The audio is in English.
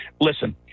listen